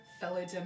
Fellow